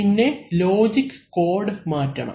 പിന്നെ logic code മാറ്റണം